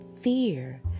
fear